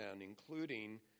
including